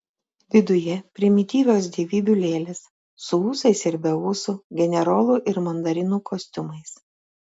viduje primityvios dievybių lėlės su ūsais ir be ūsų generolų ir mandarinų kostiumais